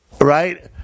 Right